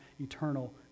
eternal